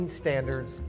standards